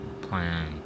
plan